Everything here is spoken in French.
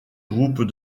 groupes